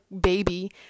baby